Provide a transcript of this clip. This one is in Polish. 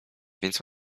więc